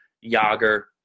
Yager